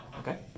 Okay